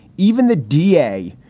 even the d a.